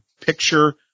picture